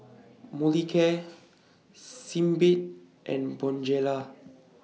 Molicare Sebamed and Bonjela